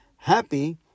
Happy